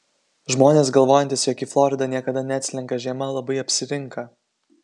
žmonės galvojantys jog į floridą niekada neatslenka žiema labai apsirinka